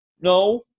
no